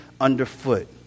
underfoot